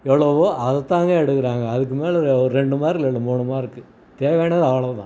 எவ்வளவோ அதுதாங்க எடுக்கிறாங்க அதுக்கு மேல் ஒரு ரெண்டு மார்க்கு இல்லை மூணு மார்க்கு தேவையானது அவ்வளோதான்